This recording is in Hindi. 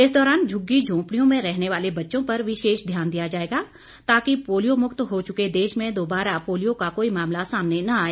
इस दौरान झुग्गी झोंपडियों में रहने वाले बच्चों पर विशेष ध्यान दिया जाएगा ताकि पोलियो मुक्त हो चुके देश में दोबारा पोलियो का कोई मामला न आए